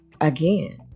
Again